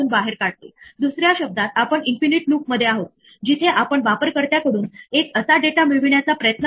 म्हणून ते फक्त आपल्याला एवढे सांगत नाही की अरे हि व्हॅल्यू काही परिभाषेत केलेली नाही ते आपल्याला विशेषतः सांगते की नेम x हे परिभाषित केलेले नाही